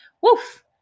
woof